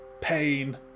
pain